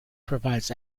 provides